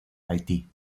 haití